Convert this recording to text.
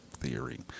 Theory